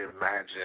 imagine